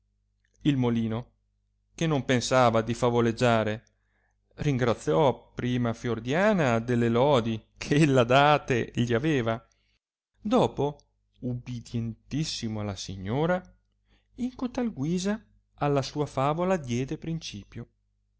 il molino che non pensava di favoleggiare ringraziò prima fiordiana delle lodi che ella date gli aveva dopo ubidientissimo alla signora in cotal guisa alla sua favola diede principio